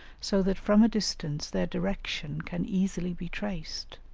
so that from a distance their direction can easily be traced.